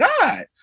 God